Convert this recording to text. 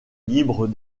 libre